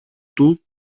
του